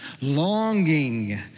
longing